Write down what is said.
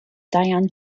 diane